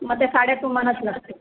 मग त्या साड्या तुम्हालाच लागतील